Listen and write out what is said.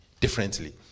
differently